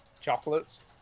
Chocolates